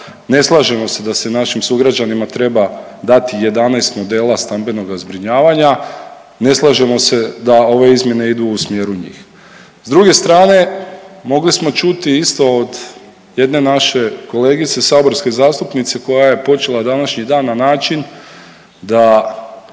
ne slažemo se da se našim sugrađanima treba dati 11 modela stambenog zbrinjavanja, ne slažemo se da ove izmjene idu u smjeru njih. S druge strane mogli smo čuti isto od jedne naše kolegice saborske zastupnice koja je počela današnji dan na način da